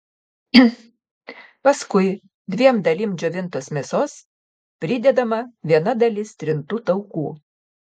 paskui dviem dalim džiovintos mėsos pridedama viena dalis trintų taukų